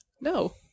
No